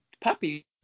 puppy